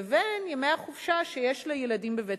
לבין ימי החופשה שיש לילדים בבית-הספר.